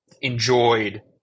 enjoyed